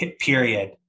period